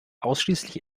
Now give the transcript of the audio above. ausschließlich